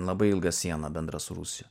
labai ilga siena bendra su rusija